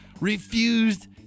refused